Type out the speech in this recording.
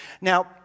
Now